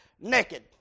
naked